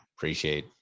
appreciate